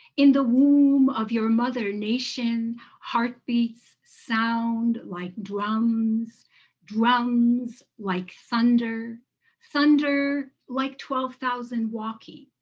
in the womb of your mother nation heartbeats sound like drums drums like thunder thunder like twelve thousand walking